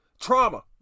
Trauma